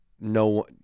no